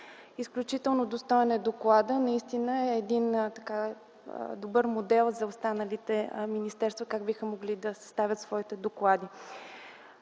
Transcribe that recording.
Изключително достоен е докладът и наистина е добър модел за останалите министерства как биха могли да съставят своите доклади.